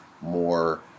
more